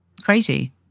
Crazy